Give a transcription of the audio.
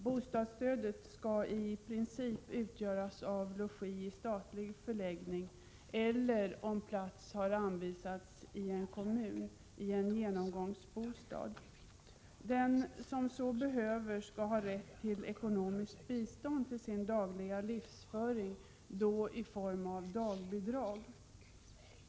Bostadsstödet skall i princip utgöras av logi i statlig förläggning eller, om plats har anvisats i en kommun, i en genomgångsbostad. Den som så behöver skall ha rätt till ekonomiskt bistånd för sin dagliga livsföring i form av dagbidrag.